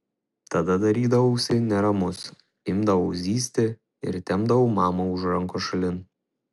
tada darydavausi neramus imdavau zyzti ir tempdavau mamą už rankos šalin